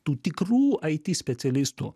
tų tikrų it specialistų